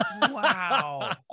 Wow